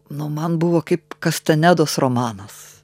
nu man buvo kaip kastanedos romanas